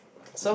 so